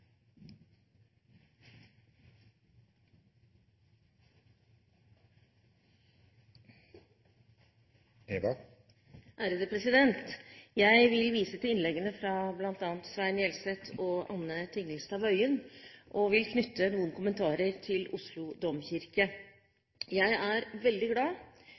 Jeg vil vise til innleggene fra bl.a. Svein Gjelseth og Anne Tingelstad Wøien og vil knytte noen kommentarer til Oslo domkirke. Jeg er veldig glad